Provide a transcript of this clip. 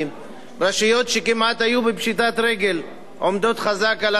רשויות שכמעט היו בפשיטת רגל עומדות חזק על הרגליים,